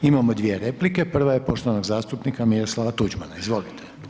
Imamo dvije replike, prva je poštovanog zastupnika Miroslava Tuđmana, izvolite.